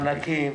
מענקים,